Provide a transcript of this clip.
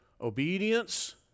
Obedience